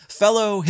fellow